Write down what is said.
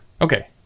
Okay